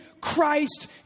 Christ